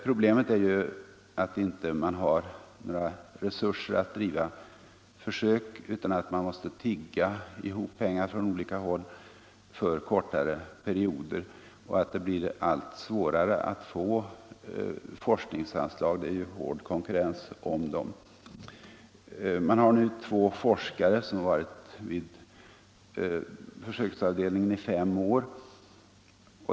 Problemet är ju att man inte har några resurser att driva försök utan att man måste tigga ihop pengar från olika håll för kortare perioder och att det blir allt svårare att få forskningsanslag — det är ju hård konkurrens om dem. Man har nu två forskare som varit vid försöksavdelningen i fem år.